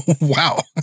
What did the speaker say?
Wow